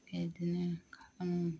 बिदिनो खामानि